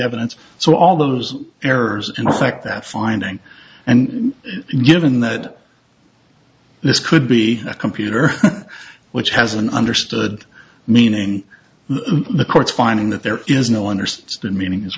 evidence so all those errors and the fact that finding and given that this could be a computer which has an understood meaning the court's finding that there is no understood meaning is